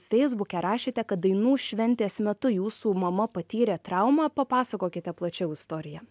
feisbuke rašėte kad dainų šventės metu jūsų mama patyrė traumą papasakokite plačiau istoriją